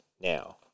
now